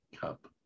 cup